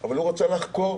אבל הוא רוצה לחקור